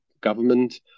government